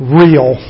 real